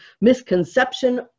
misconception